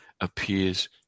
appears